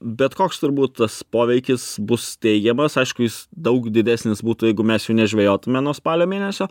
bet koks turbūt tas poveikis bus teigiamas aišku jis daug didesnis būtų jeigu mes jų nežvejotume nuo spalio mėnesio